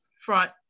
front